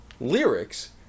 lyrics